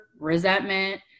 resentment